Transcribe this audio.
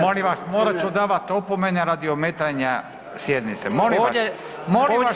Molim vas morat ću davat opomene radi ometanja sjednice, molim vas.